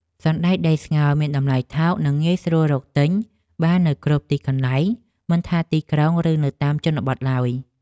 សណ្តែកដីស្ងោរមានតម្លៃថោកនិងងាយស្រួលរកទិញបាននៅគ្រប់ទីកន្លែងមិនថាទីក្រុងឬនៅតាមជនបទឡើយ។